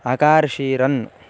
अकार्षिरन्